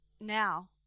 now